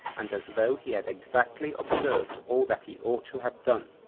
and as though he had exactly observed all that he ought to have done.